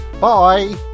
bye